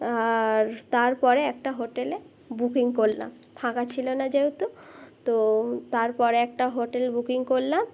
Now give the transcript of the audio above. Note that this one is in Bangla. আর তারপরে একটা হোটেলে বুকিং করলাম ফাঁকা ছিলো না যেহেতু তো তারপরে একটা হোটেল বুকিং করলাম